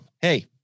Hey